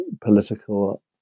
political